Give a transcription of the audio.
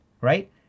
right